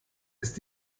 ist